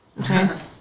Okay